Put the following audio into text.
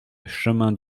chemin